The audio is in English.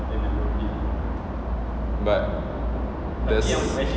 but the